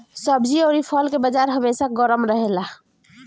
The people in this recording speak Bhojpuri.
सब्जी अउरी फल के बाजार हमेशा गरम रहेला